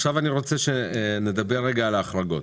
עכשיו אני רוצה לדבר על ההחרגות.